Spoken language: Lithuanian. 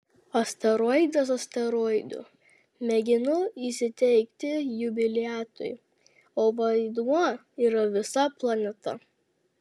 asteroidas asteroidu mėginu įsiteikti jubiliatui o vaidmuo yra visa planeta